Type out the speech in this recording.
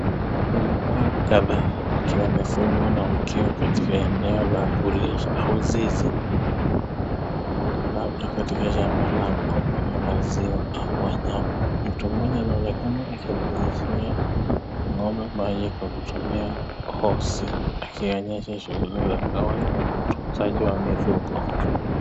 Ni ng'ombe kadhaa wakiwa wamefungwa na wakiwa katika eneo la kulisha au zizi labda katika shamba la ng'ombe wa maziwa au wa nyama. Mtu mmoja anaonekana akipiga hosea ng'ombe maji kwa kutumia hose akionyesha shughuli za kawaida za utunzaji wa mifugo.